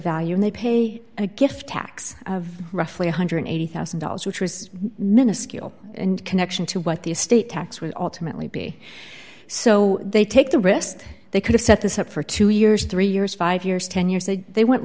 value and they pay a gift tax of roughly one hundred and eighty thousand dollars which was miniscule and connection to what the estate tax would alternately be so they take the rest they could have set this up for two years three years five years ten years say they want